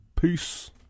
Peace